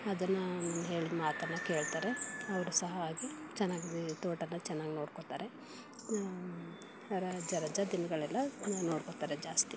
ಅದನ್ನು ನಾನು ಹೇಳಿದ್ ಮಾತನ್ನು ಕೇಳ್ತಾರೆ ಅವರು ಸಹ ಹಾಗೆ ಚೆನ್ನಾಗಿ ತೋಟನ ಚೆನ್ನಾಗಿ ನೋಡ್ಕೊಳ್ತಾರೆ ರಜೆ ರಜಾದ ದಿನಗಳೆಲ್ಲ ಅವ್ರು ನೋಡ್ಕೊಳ್ತಾರೆ ಜಾಸ್ತಿ